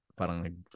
parang